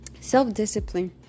Self-discipline